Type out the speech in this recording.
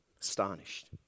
astonished